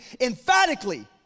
emphatically